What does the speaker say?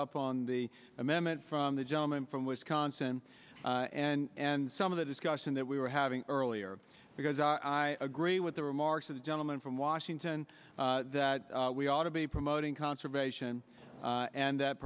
up on the amendment from the gentleman from wisconsin and some of the discussion that we were having earlier because i agree with the remarks of the gentleman from washington that we ought to be promoting conservation and that